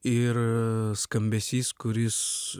ir skambesys kuris